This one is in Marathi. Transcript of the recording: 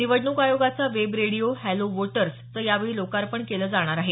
निवडणूक आयोगाचा वेब रेडिओ हॅलो वोटर्स चं यावेळी लोकार्पण केलं जाईल